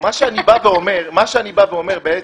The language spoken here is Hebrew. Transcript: שולי, תודה.